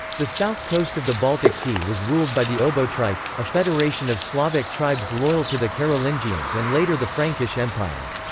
the south coast of the baltic sea was ruled by the obotrites, a federation of slavic tribes loyal to the carolingians and later the frankish empire.